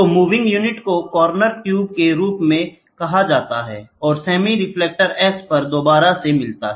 तो moving unit को corner cube के रूप में कहा जाता है और सेमी रिफ्लेक्टर S पर दोबारा से मिलता है